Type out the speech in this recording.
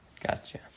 Gotcha